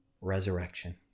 resurrection